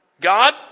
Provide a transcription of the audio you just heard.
God